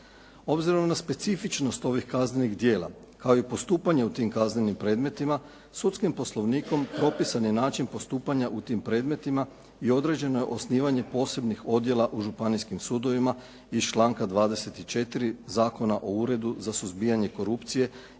Obzirom na specifičnost ovih kaznenih djela, kao i postupanja u tim kaznenim predmetima, sudskim poslovnikom propisan je način postupanja u tim predmetima i određena osnivanja posebnih odjela u županijskim sudovima iz članka 24. Zakona o Uredu za suzbijanje korupcije